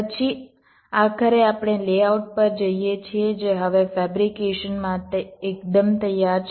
પછી આખરે આપણે લેઆઉટ પર જઈએ છીએ જે હવે ફેબ્રિકેશન માટે એકદમ તૈયાર છે